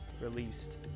released